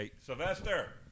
Sylvester